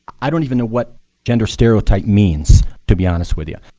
i don't even know what gender stereotype means to be honest with you,